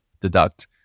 deduct